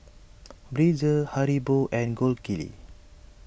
Breezer Haribo and Gold Kili